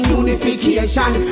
unification